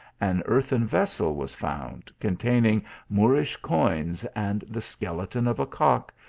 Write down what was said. an earthen vessel was found, containing moorish coins and the skeleton of a cock,